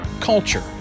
culture